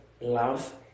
love